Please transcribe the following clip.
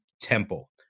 Temple